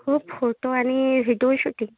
हो फोटो आणि video shooting